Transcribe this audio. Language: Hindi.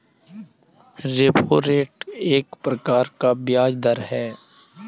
रेपो रेट एक प्रकार का ब्याज़ दर है